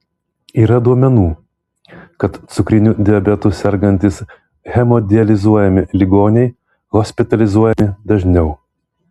yra duomenų kad cukriniu diabetu sergantys hemodializuojami ligoniai hospitalizuojami dažniau